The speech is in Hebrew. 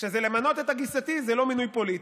כשזה למנות את גיסתי זה לא מינוי פוליטי,